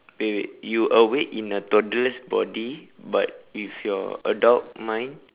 wait wait you awake in a toddler's body but with your adult mind